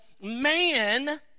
Man